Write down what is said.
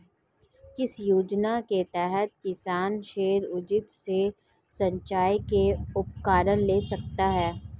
किस योजना के तहत किसान सौर ऊर्जा से सिंचाई के उपकरण ले सकता है?